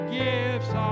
gifts